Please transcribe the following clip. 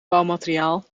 bouwmateriaal